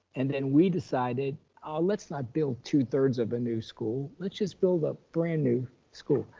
and then we decided ah let's not build two three of a new school. let's just build a brand new school,